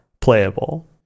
playable